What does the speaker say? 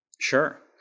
Sure